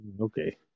Okay